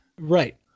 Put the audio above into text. Right